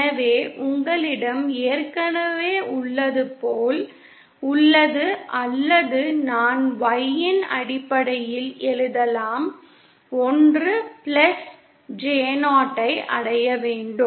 எனவே உங்களிடம் ஏற்கனவே உள்ளது அல்லது நான் Y இன் அடிப்படையில் எழுதலாம் 1 பிளஸ் J 0 ஐ அடைய வேண்டும்